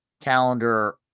calendar